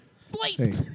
Sleep